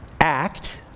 act